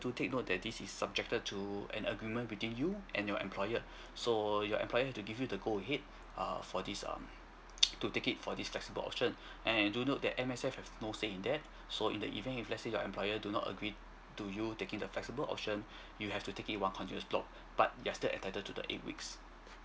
do take note that this is subjected to an agreement between you and your employer so your employer have to give you the go ahead err for this um to take it for this flexible option and do note that M_S_F have no say in that so in the event if let's say your employer do not agreed to you taking the flexible option you have to take it in one continuous block but just that you are entitled to eight weeks